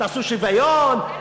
תעשו שוויון,